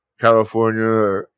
california